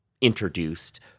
introduced